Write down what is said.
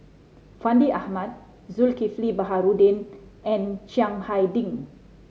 Fandi Ahmad Zulkifli Baharudin and Chiang Hai Ding